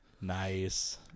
Nice